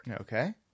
Okay